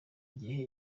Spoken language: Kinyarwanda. gihe